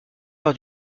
par